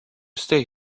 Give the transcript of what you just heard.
stay